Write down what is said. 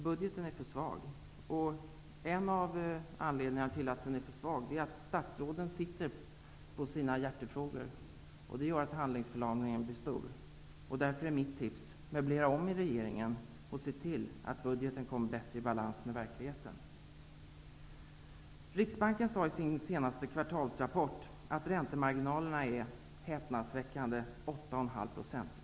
Budgeten är för svag, och en av anledningarna till att den är för svag är att statsråden sitter på sina hjärtefrågor, vilket gör att handlingsförlamningen blir stor. Mitt tips är därför: Möblera om i regeringen och se till att budgeten kommer i bättre balans med verkligheten! I Riksbankens senaste rapport sades att räntemarginalerna är häpnadsväckande 8,5 %.